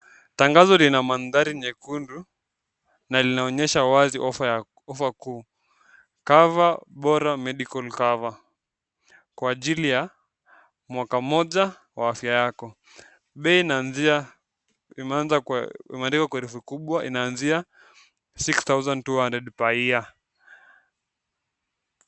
Tangazo lina mandhari nyekundu na linaonyesha wazi ofa kuu, CoverBora medical cover ,kwa ajili ya mwaka moja wa afya yako, bei imeandikwa kwa herufi kubwa inaanzia six thousand two hundred per year .